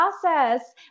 process